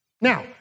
Now